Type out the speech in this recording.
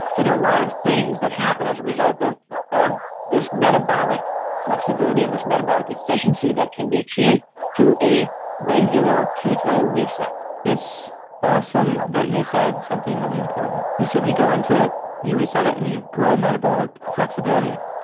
so there are a lot of things that happen as a result of this metabolic flexibility and this metabolic efficiency that can be achieved through a regular keto reset it's awesome that you said something really important. you said you go into it you reset it and you grow metabolic flexibility.